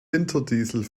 winterdiesel